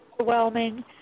overwhelming